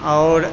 और